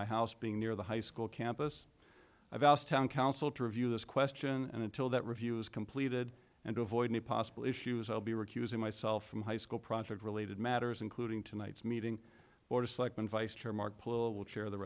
my house being near the high school campus i've asked town council to review this question and until that review is completed and avoid any possible issues i'll be recusing myself from high school project related matters including tonight's meeting